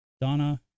Donna